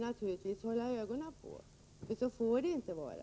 Naturligtvis måste vi hålla ögonen på sådant, för så får det inte vara.